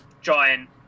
giant